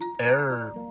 error